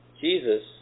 Jesus